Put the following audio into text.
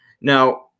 Now